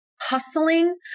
hustling